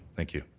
thank you.